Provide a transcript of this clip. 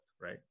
right